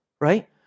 right